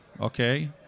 okay